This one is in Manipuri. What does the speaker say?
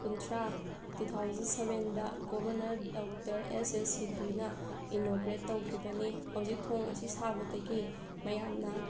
ꯀꯨꯟꯊ꯭ꯔꯥ ꯇꯨ ꯊꯥꯎꯖꯟ ꯁꯕꯦꯟꯗ ꯒꯣꯕꯔꯅꯔ ꯗꯣꯛꯇꯔ ꯑꯦꯁ ꯑꯦꯁ ꯁꯤꯙꯨꯅ ꯏꯅꯣꯒ꯭ꯔꯦꯠ ꯇꯧꯈꯤꯕꯅꯤ ꯍꯧꯖꯤꯛ ꯊꯣꯡ ꯑꯁꯤ ꯁꯥꯕꯗꯒꯤ ꯃꯌꯥꯝꯅ